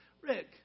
Rick